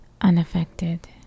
unaffected